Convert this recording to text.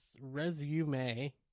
resume